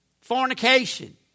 fornication